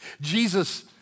Jesus